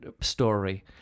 story